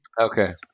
Okay